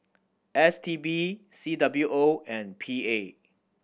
S T B C W O and P A